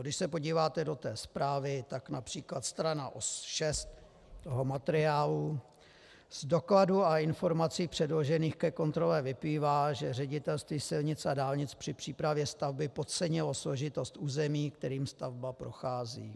Když se podíváte do té zprávy, tak např. strana 6 toho materiálu: Z dokladů a informací předložených ke kontrole vyplývá, že Ředitelství silnic a dálnic při přípravě stavby podcenilo složitost území, kterým stavba prochází.